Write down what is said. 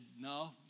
no